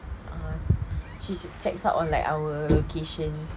uh she checks up on like our locations